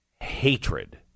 hatred